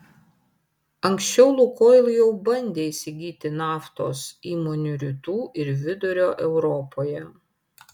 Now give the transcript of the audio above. anksčiau lukoil jau bandė įsigyti naftos įmonių rytų ir vidurio europoje